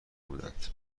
بودند